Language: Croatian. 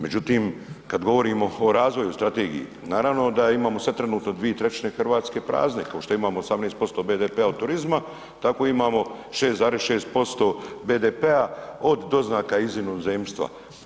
Međutim, kad govorimo o razvoju i strategiji, naravno da imamo sad trenutno 2/3 Hrvatske prazne kao što imamo 18% BDP-a od turizma, tako imamo 6,6% BDP-a od doznaka iz inozemstva.